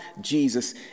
Jesus